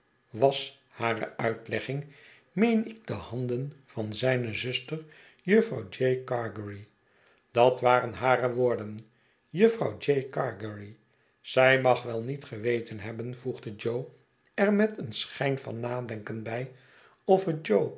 was hare uitlegging meen ik de handen van zijne zuster jufvrouw j gargery dat waren hare woorden jufvrouw j gargery zij mag wel niet geweten hebben voegde jo er met een schijn van nadenken bij of het